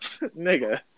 Nigga